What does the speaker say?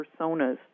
personas